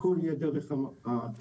הכל יהיה דרך האינטרנט.